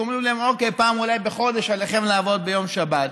כי אומרים להם: פעם בחודש אולי עליכם לעבוד ביום שבת,